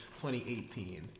2018